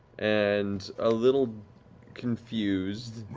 and a little confused.